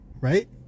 Right